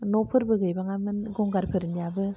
न' फोरबो गैबांआमोन गंगारफोरनियाबो